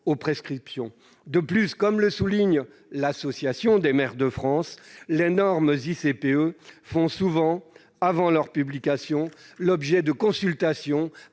aux prescriptions. De plus, comme le souligne l'Association des maires de France, les normes ICPE font souvent, avant leur publication, l'objet de consultations